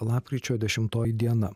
lapkričio dešimtoji diena